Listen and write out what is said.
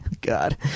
God